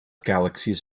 galaxies